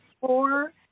four